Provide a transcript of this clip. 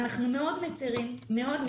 אנחנו מצרים מאוד,